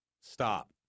Stop